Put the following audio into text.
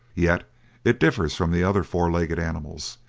yet it differs from the other four legged animals,